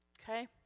Okay